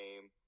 game